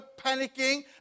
panicking